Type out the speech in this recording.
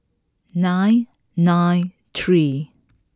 nine nine three